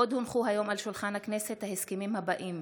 עוד הונחו היום על שולחן הכנסת ההסכמים האלה: